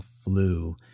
flu